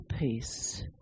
peace